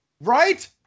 right